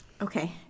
Okay